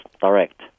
direct